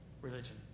Religion